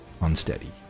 unsteady